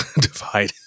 divide